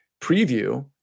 preview